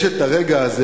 יש הרגע הזה,